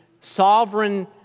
sovereign